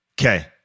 Okay